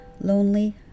lonely